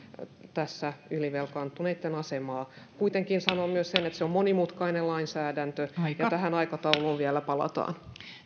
tässä ylivelkaantuneitten asemaa kuitenkin sanon myös sen että se on monimutkainen lainsäädäntö ja tähän aikatauluun vielä palataan